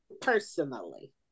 Personally